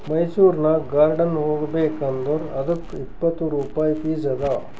ಮೈಸೂರನಾಗ್ ಗಾರ್ಡನ್ ಹೋಗಬೇಕ್ ಅಂದುರ್ ಅದ್ದುಕ್ ಇಪ್ಪತ್ ರುಪಾಯಿ ಫೀಸ್ ಅದಾ